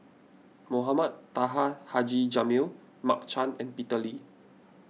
Mohamed Taha Haji Jamil Mark Chan and Peter Lee